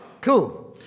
Cool